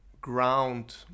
ground